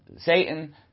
Satan